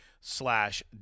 slash